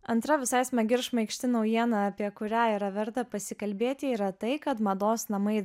antra visai smagi ir šmaikšti naujiena apie kurią yra verta pasikalbėti yra tai kad mados namai